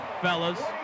fellas